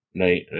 Right